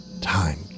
time